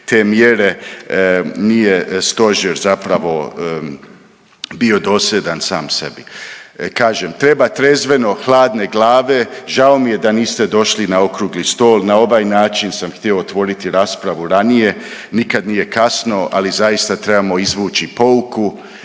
te mjere nije stožer zapravo bio dosljedan sam sebi. Kažem treba trezveno hladne glave, žao mi je da niste došli na okrugli stol, na ovaj način sam htio otvoriti raspravu ranije, nikad nije kasno, ali zaista trebamo izvući pouku